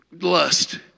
lust